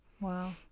Wow